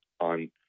on